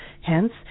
Hence